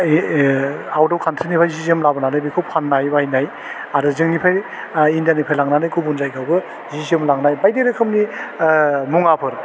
ओह out of कान्ट्रिनिफ्राइ जि जोम लाबोनानै बेखौ फान्नाय बायनाय आरो जोंनिफ्राइ आह एन्डियानिफ्राइ लांनानै गुबुन जायगायाबो जि जोम लांन्नाय बायदि रोखोमनि ओह मुवाफोर